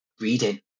Reading